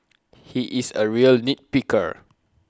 he is A real nit picker